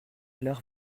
leur